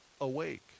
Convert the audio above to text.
awake